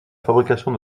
fabrication